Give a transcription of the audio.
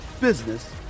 business